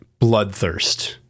bloodthirst